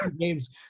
games